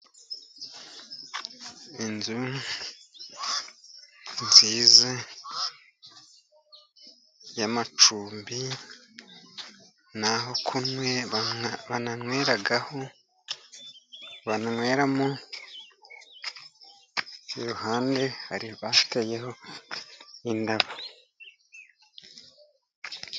Inzu nziza y'amacumbi ni aho banyweraho, banyweramo, iruhande hari bateyeho indabo.